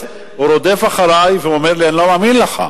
אז הוא רודף אחרי והוא אומר לי: אני לא מאמין לך.